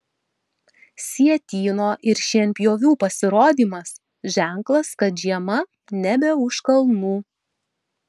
sietyno ir šienpjovių pasirodymas ženklas kad žiema nebe už kalnų